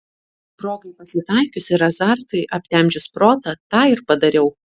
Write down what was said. progai pasitaikius ir azartui aptemdžius protą tą ir padariau